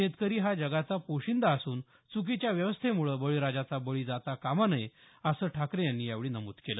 शेतकरी हा जगाचा पोशिंदा असून चुकीच्या व्यवस्थेमुळे बळीराजाचा बळी जाता कामा नये असं ठाकरे यांनी यावेळी नमूद केलं